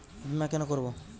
বিমা কেন করব?